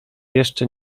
jeszcze